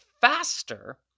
faster